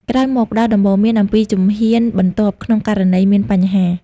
ក្រោយមក ផ្តល់ដំបូន្មានអំពីជំហានបន្ទាប់ក្នុងករណីមានបញ្ហា។